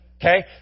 Okay